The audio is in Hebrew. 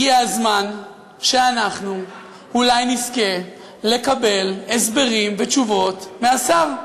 הגיע הזמן שאנחנו אולי נזכה לקבל הסברים ותשובות מהשר.